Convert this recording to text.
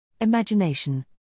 imagination